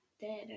dead